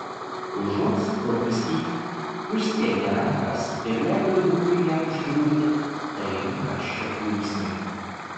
užuot sprukusį išskėtė rankas ir leido dūliui ją užgriūti tarytum karščio pliūpsniui